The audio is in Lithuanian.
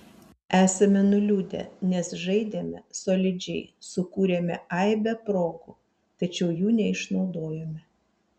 esame nuliūdę nes žaidėme solidžiai sukūrėme aibę progų tačiau jų neišnaudojome